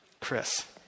Chris